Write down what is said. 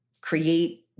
create